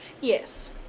Yes